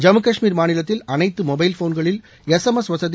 ஜம்மு கஷ்மீர் மாநிலத்தில் அனைத்து மொபைல் போன்களில் எஸ்எம்எஸ் வசதி